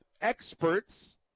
experts